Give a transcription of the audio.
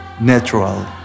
natural